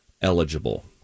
eligible